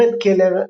פרד קלר,